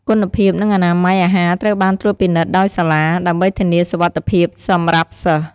គុណភាព និងអនាម័យអាហារត្រូវបានត្រួតពិនិត្យដោយសាលា ដើម្បីធានាសុវត្ថិភាពសម្រាប់សិស្ស។